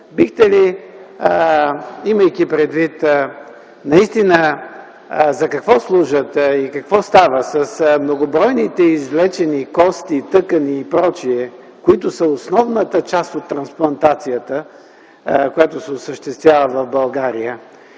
ползата? Имайки предвид наистина за какво служат и какво става с многобройните извлечени кости, тъкани и прочие, които са основната част от трансплантацията, която се осъществява в България